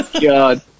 god